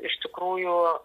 iš tikrųjų